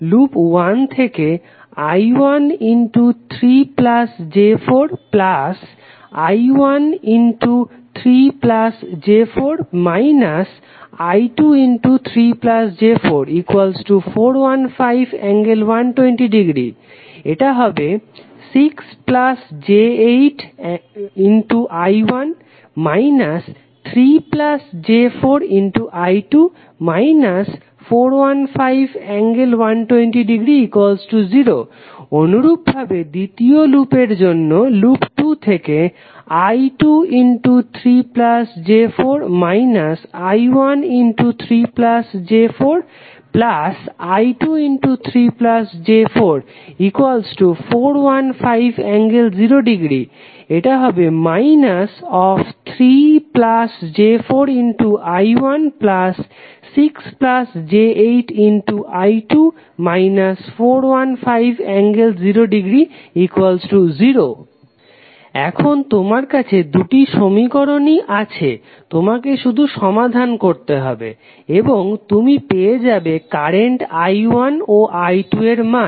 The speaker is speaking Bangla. লুপ 1 থেকে I13 j4 I13 j4 − I23 j4 415∠120◦ ie 6 j8 I1 − 3 j4 I2 − 415∠120◦ 0 অনুরূপভাবে দ্বিতীয় লুপের জন্য লুপ 2 থেকে I23 j4 − I13 j4 I23 j4 415∠0◦ ie −3 j4 I1 6 j8 I2 − 415∠0◦ 0 Refer Slide Time 1252 এখন তোমার কাছে দুটি সমীকরণই আছে তোমাকে শুধু সমাধান করতে হবে এবং তুমি পেয়ে যাবে কারেন্ট I1 ও I2 এর মান